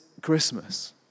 Christmas